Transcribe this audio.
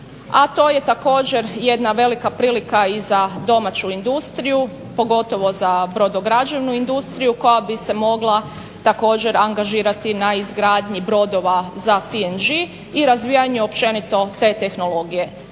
a to je također jedna velika prilika i za domaću industriju pogotovo za brodograđevnu industriju koja bi se mogla također angažirati za izgradnji brodova za CNG i razvijanju općenito te tehnologije.